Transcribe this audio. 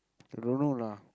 I don't know lah